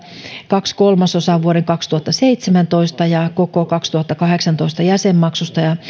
kaksi kolmasosaa vuoden kaksituhattaseitsemäntoista jäsenmaksusta ja koko vuoden kaksituhattakahdeksantoista jäsenmaksun ja